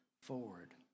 forward